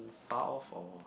far off or